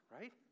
right